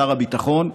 שר הביטחון,